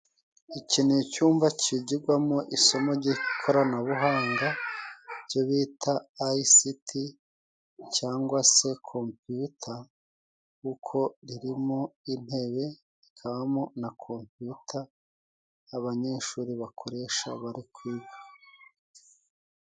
Iki ni icyumba kigirwamo isomo ry'ikoranabuhanga ryo bita ayisiti cyangwa se kompiyuta, kuko ririmo intebe, rikabamo na kompiyuta abanyeshuri bakoresha bari kwiga.